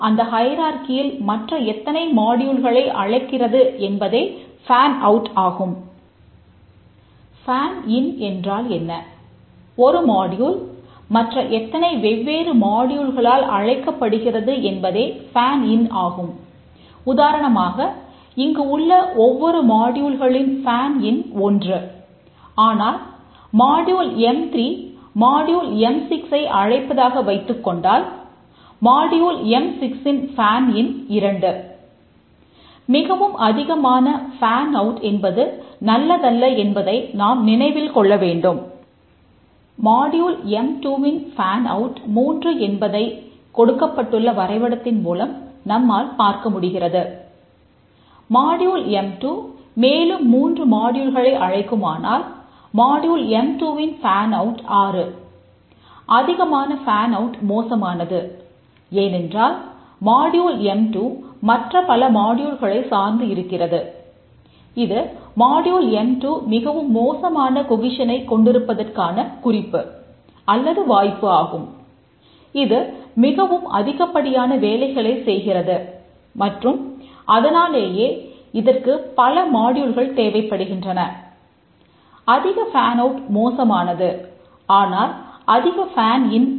fan இன் நல்லது